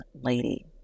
lady